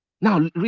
now